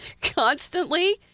constantly